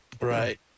Right